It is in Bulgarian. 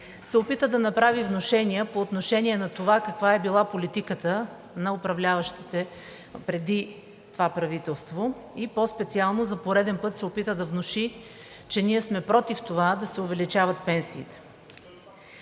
се опита да направи внушения по отношение на това каква е била политиката на управляващите преди това правителство, и по-специално за пореден път се опита да внуши, че ние сме против това да се увеличават пенсиите.